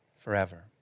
forever